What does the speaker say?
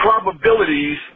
probabilities